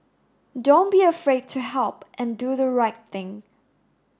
don't be afraid to help and do the right thing